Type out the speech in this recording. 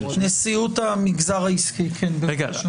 נשיאות המגזר העסקי, כן, בבקשה.